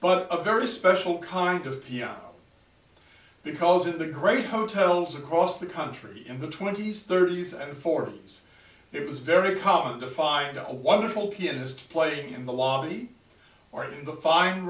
but a very special kind of piano because of the great hotels across the country in the twenty's thirty's and forty's it's very common to find a wonderful pianist playing in the lobby or in the fine